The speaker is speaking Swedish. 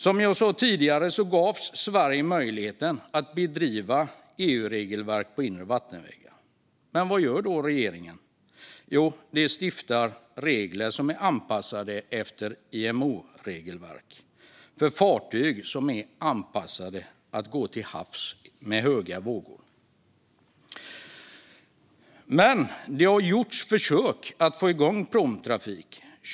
Som jag sa tidigare gavs Sverige möjligheten att bedriva trafik i enlighet med EU-regelverk på inre vattenvägar. Men vad gör då regeringen? Jo, de stiftar regler som är anpassade efter IMO-regelverk för fartyg som är anpassade att gå till havs med höga vågor. Det har gjorts försök att få igång pråmtrafik.